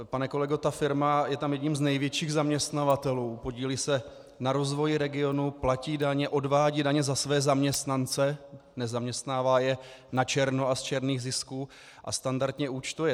Pane kolego, ta firma je tam jedním z největších zaměstnavatelů, podílí se na rozvoji regionu, platí daně, odvádí daně za své zaměstnance, nezaměstnává je načerno a z černých zisků a standardně účtuje.